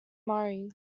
murray